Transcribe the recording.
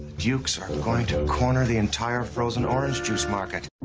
jukes are going to corner the entire frozen orange juice market.